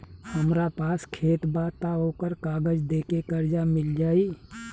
हमरा पास खेत बा त ओकर कागज दे के कर्जा मिल जाई?